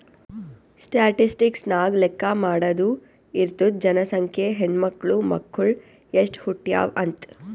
statistics ನಾಗ್ ಲೆಕ್ಕಾ ಮಾಡಾದು ಇರ್ತುದ್ ಜನಸಂಖ್ಯೆ, ಹೆಣ್ಮಕ್ಳು, ಮಕ್ಕುಳ್ ಎಸ್ಟ್ ಹುಟ್ಯಾವ್ ಅಂತ್